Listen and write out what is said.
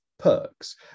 Perks